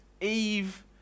Eve